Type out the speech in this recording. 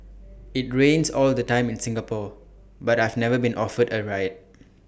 IT rains all the time in Singapore but I've never been offered A ride